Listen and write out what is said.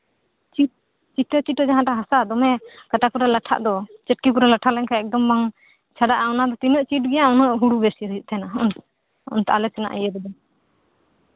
ᱪᱤᱴᱟᱹᱼᱪᱤᱴᱟᱹ ᱡᱟᱦᱟᱸᱴᱟᱜ ᱦᱟᱥᱟ ᱫᱚᱢᱮ ᱠᱟᱴᱟ ᱠᱚᱨᱮ ᱞᱟᱴᱷᱟᱜ ᱫᱚ ᱪᱟᱴᱠᱤ ᱠᱚᱨᱮ ᱞᱟᱴᱷᱟ ᱞᱮᱱᱠᱷᱟᱡ ᱮᱠᱫᱚᱢ ᱵᱟᱝ ᱪᱷᱟᱲᱟᱜ ᱫᱚ ᱚᱱᱟ ᱫᱚ ᱛᱤᱱᱟᱹᱜ ᱪᱤᱴ ᱜᱮᱭᱟ ᱩᱱᱟᱹᱜ ᱦᱩᱲᱩ ᱵᱤᱥᱤ ᱦᱩᱭᱩᱜ ᱛᱟᱦᱮᱸᱱᱟ ᱚᱱᱛᱮ ᱟᱞᱮ ᱥᱮᱱᱟᱜ ᱤᱭᱟᱹ ᱨᱮᱫᱚ